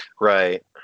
right